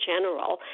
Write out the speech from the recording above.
general